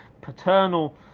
paternal